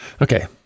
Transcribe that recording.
Okay